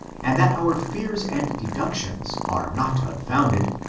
and that our fears and deductions are not unfounded,